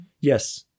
yes